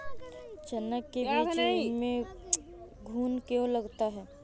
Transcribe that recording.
चना के बीज में घुन क्यो लगता है?